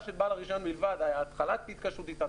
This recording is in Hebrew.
של בעל הרישיון בלבד התחלת התקשרות איתם,